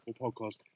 podcast